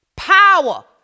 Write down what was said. power